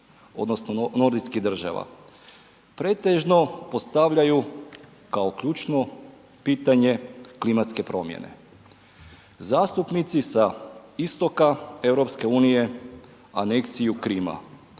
odnosno nordijskih država pretežno postavljaju kao ključno pitanje klimatske promjene. Zastupnici sa istoka EU aneksiju Krima,